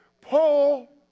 Paul